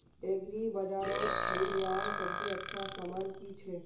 एग्रीबाजारोत खरीदवार सबसे अच्छा सामान की छे?